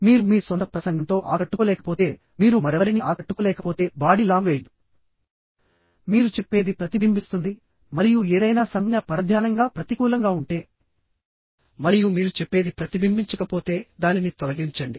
మీరు మీ సొంత ప్రసంగంతో ఆకట్టుకోలేకపోతే మీరు మరెవరినీ ఆకట్టుకోలేకపోతే బాడీ లాంగ్వేజ్ మీరు చెప్పేది ప్రతిబింబిస్తుంది మరియు ఏదైనా సంజ్ఞ పరధ్యానంగా ప్రతికూలంగా ఉంటే మరియు మీరు చెప్పేది ప్రతిబింబించకపోతేదానిని తొలగించండి